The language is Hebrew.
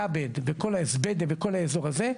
יעבד בכל האזור הזה,